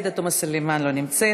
עאידה תומא סלימאן, אינה נוכחת.